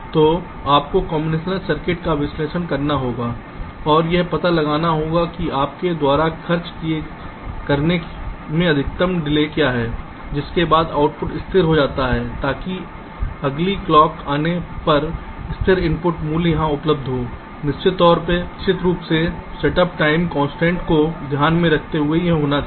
तो आपको combinational block का विश्लेषण करना होगा और यह पता लगाना होगा कि आपके द्वारा खर्च करने में अधिकतम डिले क्या है जिसके बाद आउटपुट स्थिर हो जाता है ताकि अगली क्लॉक आने पर स्थिर इनपुट मूल्य यहां उपलब्ध हो निश्चित रूप से सेट अप टाइम कन्सट्रैन्ट को ध्यान में रखते हुए होना चाहिए